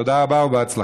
תודה רבה ובהצלחה.